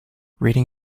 reading